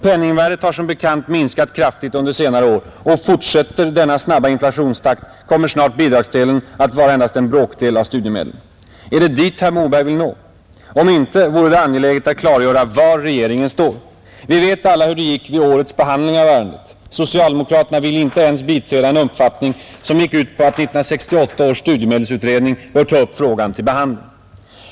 Penningvärdet har som bekant minskat kraftigt under senare år, och fortsätter denna snabba inflationstakt kommer snart bidragsdelen att vara endast en bråkdel av studiemedlen. Är det dit herr Moberg vill nå? Om inte vore det angeläget att klargöra var regeringen står. Vi vet alla hur det gick vid årets behandling av ärendet. Socialdemokraterna ville inte ens biträda en uppfattning som gick ut på att 1968 års studiemedelsutredning bör ta upp frågan till behandling.